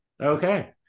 Okay